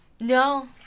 No